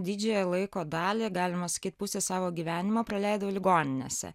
didžiąją laiko dalį galima sakyt pusė savo gyvenimo praleidau ligoninėse